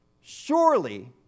Surely